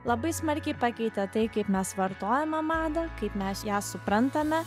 labai smarkiai pakeitė tai kaip mes vartojame madą kaip mes ją suprantame